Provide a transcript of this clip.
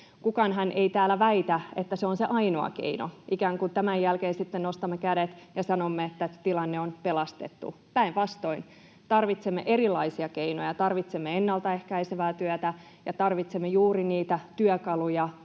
Kukaanhan ei täällä väitä, että se on se ainoa keino, ikään kuin tämän jälkeen sitten nostamme kädet ja sanomme, että tilanne on pelastettu. Päinvastoin, tarvitsemme erilaisia keinoja: tarvitsemme ennalta ehkäisevää työtä ja tarvitsemme juuri niitä työkaluja